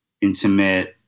intimate